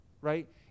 Right